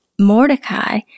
Mordecai